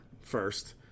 first